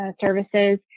services